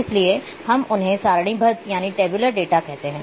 इसलिए हम उन्हें सारणीबद्ध डेटा कहते हैं